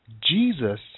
Jesus